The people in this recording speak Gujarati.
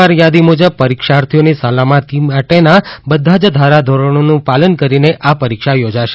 સત્તાવાર યાદી મુજબ પરિક્ષાર્થીઓની સલામતી માટેના બધા જ ધારાધોરણોનું પાલન કરીને આ પરિક્ષા યોજાશે